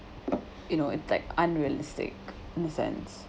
you know in fact unrealistic in a sense